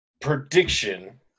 prediction